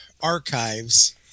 archives